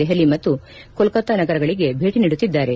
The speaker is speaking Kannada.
ದೆಹಲಿ ಮತ್ತು ಕೋಲ್ತತಾ ನಗರಗಳಿಗೆ ಭೇಟಿ ನೀಡುತ್ತಿದ್ದಾರೆ